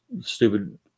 stupid